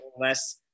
less